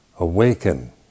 Awaken